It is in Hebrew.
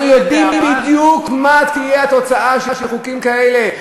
אנחנו יודעים בדיוק מה תהיה התוצאה של חוקים כאלה,